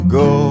go